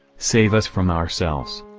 save us from ourselves.